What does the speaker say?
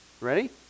Ready